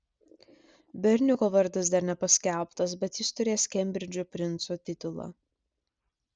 berniuko vardas dar nepaskelbtas bet jis turės kembridžo princo titulą